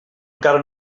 encara